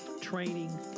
training